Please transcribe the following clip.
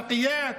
המאוחדת,